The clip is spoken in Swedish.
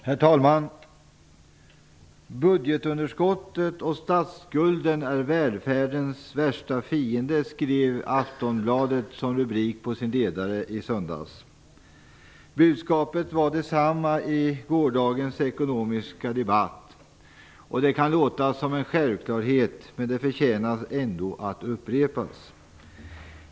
Herr talman! Budgetunderskottet och statsskulden är välfärdens värsta fiender, skrev Aftonbladet som rubrik på sin ledare i söndags. Budskapet var detsamma i gårdagens ekonomiska debatt. Det kan låta som en självklarhet, men det förtjänar ändå att upprepas.